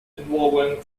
involving